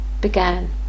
began